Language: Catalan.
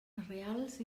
reals